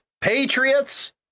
patriots